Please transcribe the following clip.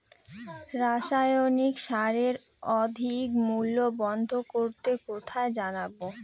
রাসায়নিক সারের অধিক মূল্য বন্ধ করতে কোথায় জানাবো?